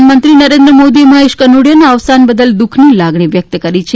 પ્રધાનમંત્રી નરેન્દ્ર મોદીએ મહેશ કનોડીયાના અવસાન બદલ દુઃખની લાગણી વ્યકત કરી છે